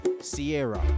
Sierra